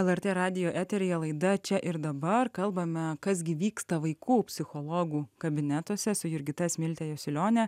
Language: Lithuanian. lrt radijo eteryje laida čia ir dabar kalbame kas gi vyksta vaikų psichologų kabinetuose su jurgita smilte jasiulione